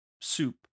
soup